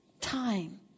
time